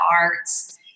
arts